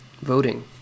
Voting